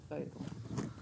האחרים: